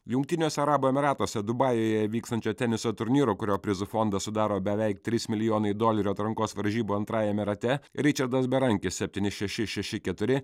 jungtiniuose arabų emyratuose dubajuje vykstančio teniso turnyro kurio prizų fondą sudaro beveik trys milijonai dolerių atrankos varžybų antrajame rate ričardas berankis septyni šeši šeši keturi